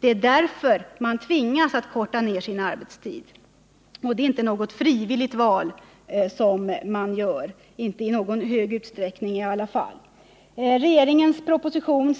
Det är därför man tvingas att korta ner sin arbetstid, och det är alltså inte fråga om något frivilligt val, åtminstone inte i någon större utsträckning. Det som föreslås i regeringens proposition